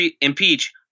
impeach